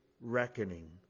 reckoning